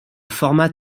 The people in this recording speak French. format